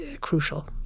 crucial